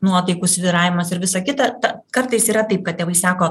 nuotaikų svyravimas ir visa kita kartais yra taip kad tėvai sako